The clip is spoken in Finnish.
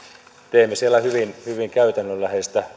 teemme siellä hyvin hyvin käytännönläheistä